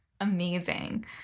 amazing